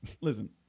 listen